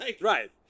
Right